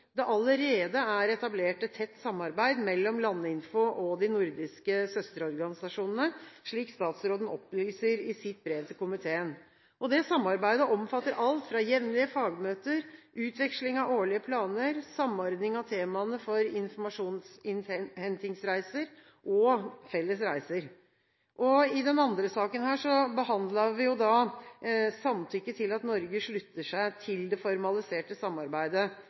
det allerede er etablert et tett samarbeid mellom Landinfo og de nordiske søsterorganisasjonene, slik statsråden opplyser i sitt brev til komiteen. Samarbeidet omfatter alt fra jevnlige fagmøter, utveksling av årlige planer, samordning av temaene for informasjonsinnhentingsreiser og felles reiser. I forrige sak behandlet vi samtykke til at Norge slutter seg til det formaliserte samarbeidet